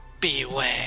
beware